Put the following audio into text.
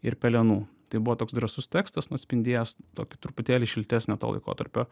ir pelenų tai buvo toks drąsus tekstas nu atspindėjęs tokį truputėlį šiltesnią to laikotarpio